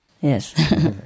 yes